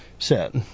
Set